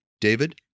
David